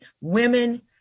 women